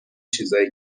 چیزای